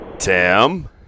Tim